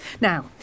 Now